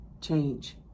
change